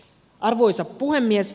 arvoisa puhemies